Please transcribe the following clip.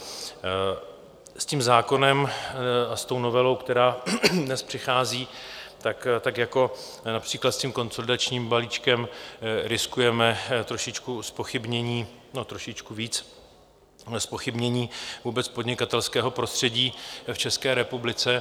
S tím zákonem, s tou novelou, která dnes přichází, jako například s konsolidačním balíčkem, riskujeme trošičku zpochybnění, no trošičku víc, zpochybnění vůbec podnikatelského prostředí v České republice.